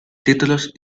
títulos